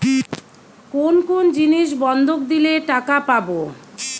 কোন কোন জিনিস বন্ধক দিলে টাকা পাব?